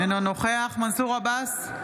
אינו נוכח מנסור עבאס,